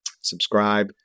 subscribe